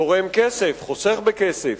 תורם כסף, חוסך בכסף.